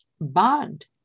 bond